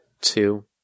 Two